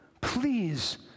please